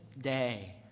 day